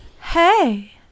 hey